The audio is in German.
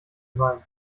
bein